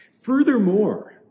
Furthermore